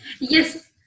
yes